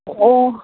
ꯑꯣ